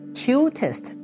cutest